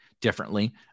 differently